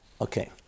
Okay